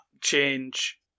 change